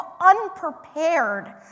unprepared